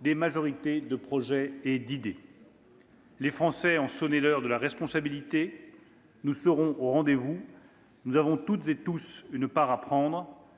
des majorités de projets et d'idées. « Les Français ont sonné l'heure de la responsabilité : nous serons au rendez-vous. Nous avons toutes et tous une part à prendre.